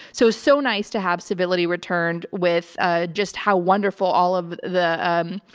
so so nice to have civility returned with a just how wonderful all of the um,